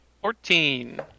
Fourteen